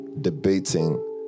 debating